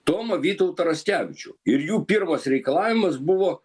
tomą vytautą raskevičių ir jų pirmas reikalavimas buvo